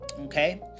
Okay